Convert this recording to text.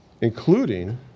including